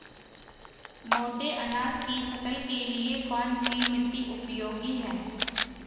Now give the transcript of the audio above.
मोटे अनाज की फसल के लिए कौन सी मिट्टी उपयोगी है?